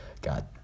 got